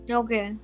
okay